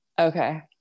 Okay